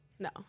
No